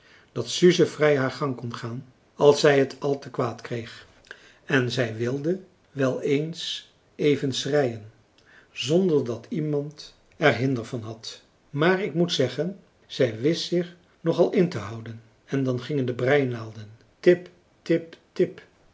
dat suze vrij haar gang kon gaan als zij het al te kwaad kreeg en zij wilde wel eens even schreien zonder dat iemand er hinder van had maar ik moet zeggen zij wist zich nog al in te houden en dan gingen de breinaalden tip tip tip